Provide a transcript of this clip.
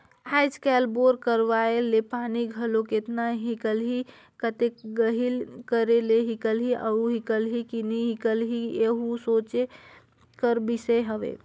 आएज काएल बोर करवाए ले पानी घलो केतना हिकलही, कतेक गहिल करे ले हिकलही अउ हिकलही कि नी हिकलही एहू सोचे कर बिसे हवे